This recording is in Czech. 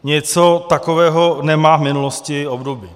Něco takového nemá v minulosti obdobu.